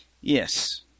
Yes